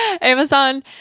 Amazon